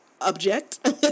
object